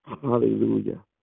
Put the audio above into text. hallelujah